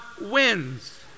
wins